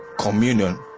communion